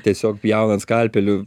tiesiog pjaunant skalpeliu